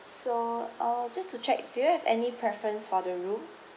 so uh just to check do you have any preference for the room